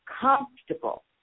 comfortable